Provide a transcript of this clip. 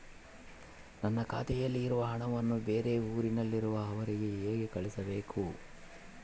ನನ್ನ ಖಾತೆಯಲ್ಲಿರುವ ಹಣವನ್ನು ಬೇರೆ ಊರಿನಲ್ಲಿರುವ ಅವರಿಗೆ ಹೇಗೆ ಕಳಿಸಬೇಕು?